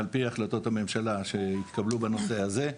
על פי החלטות הממשלה שהתקבלו בנושא הזה.